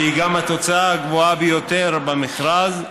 שהיא גם התוצאה הגבוהה ביותר במכרז,